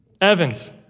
Evans